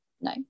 no